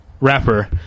rapper